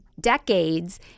decades